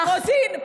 מיכל רוזין,